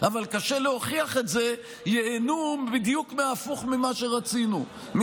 אבל קשה להוכיח את זה ייהנו בדיוק מההפוך ממה שרצינו,